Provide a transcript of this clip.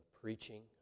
preaching